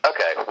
Okay